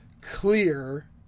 clear